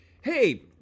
Hey